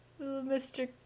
Mr